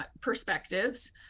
perspectives